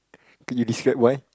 can you describe why